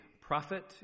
prophet